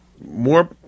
More